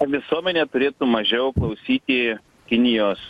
visuomenė turėtų mažiau klausyti kinijos